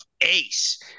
ace